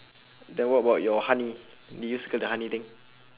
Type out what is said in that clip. then what about your honey did you circle the honey thing